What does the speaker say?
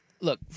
look